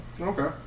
Okay